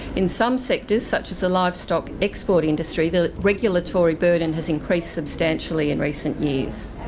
in some sectors such as the livestock export industry the regulatory burden has increased substantially in recent years.